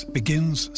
begins